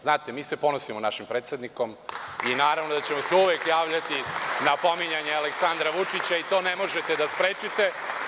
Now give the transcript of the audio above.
Znate, mi se ponosimo našim predsednikom i naravno da ćemo se uvek javljati na pominjanje Aleksandra Vučića i to ne možete da sprečite.